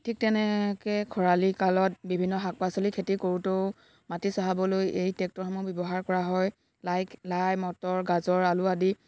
ঠিক তেনেকৈ খৰালি কালত বিভিন্ন শাক পাচলি খেতি কৰোঁতেও মাটি চহাবলৈ এই ট্ৰেক্টৰসমূহ ব্যৱহাৰ কৰা হয় লাই লাই মটৰ গাজৰ আলু আদি